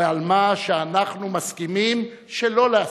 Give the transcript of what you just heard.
ועל מה שאנחנו מסכימים שלא להסכים.